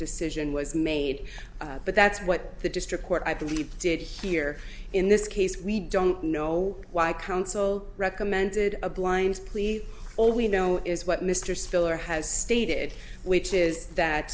decision was made but that's what the district court i believe did here in this case we don't know why counsel recommended a blind plea all we know is what mr spiller has stated which is that